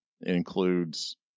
includes